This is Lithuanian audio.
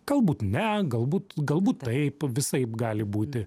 galbūt ne galbūt galbūt taip visaip gali būti